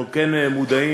אנחנו כן מודעים